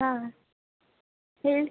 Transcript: ಹಾಂ ಹೇಳಿ